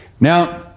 Now